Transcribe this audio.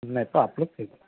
نہیں تو آپ لوگ کیوں